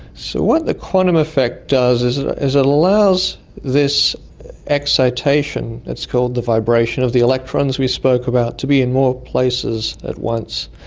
so what the quantum effect does is ah is it allows this excitation, it's called the vibration of the electrons we spoke about, to be in more places at once.